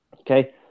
Okay